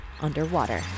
Underwater